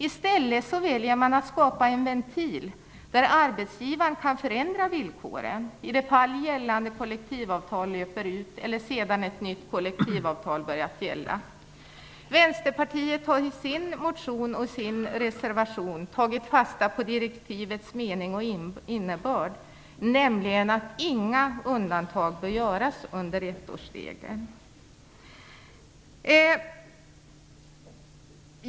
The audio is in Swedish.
I stället väljer man att skapa en ventil, där arbetsgivaren kan förändra villkoren i de fall gällande kollektivavtal löper ut eller sedan ett nytt kollektivavtal börjat gälla. Vänsterpartiet har i sin motion och reservation tagit fasta på direktivets mening och innebörd, nämligen att inga undantag bör göras under ettårsregeln.